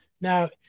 Now